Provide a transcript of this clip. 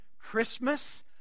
Christmas